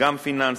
גם פיננסית,